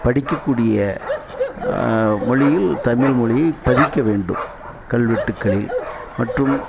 படிக்கக்கூடிய மொழியில் தமிழ் மொழியை பதிக்க வேண்டும் கல்வெட்டுகளில் மற்றும்